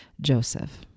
Joseph